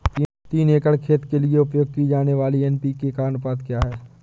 तीन एकड़ खेत के लिए उपयोग की जाने वाली एन.पी.के का अनुपात क्या है?